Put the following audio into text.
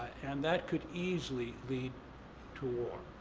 and that could easily lead to war.